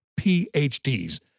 PhDs